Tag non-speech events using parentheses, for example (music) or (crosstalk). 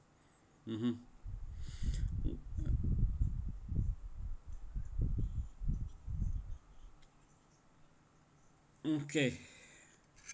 (uh huh) (breath) okay